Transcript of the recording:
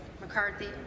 McCarthy